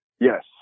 Yes